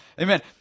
amen